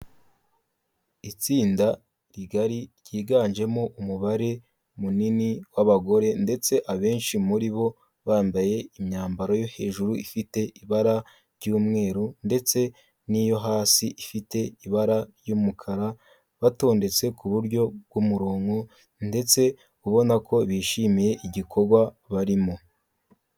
Itsinda rigari ryiganjemo umubare munini w'abagore ndetse abenshi muri bo bambaye imyambaro yo hejuru ifite ibara ry'umweru ndetse n'iyo hasi ifite ibara ry'umukara, batondetse ku buryo bw'umurongo ndetse ubona ko bishimiye igikorwa barimo.